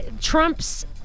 Trump's